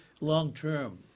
long-term